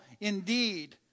indeed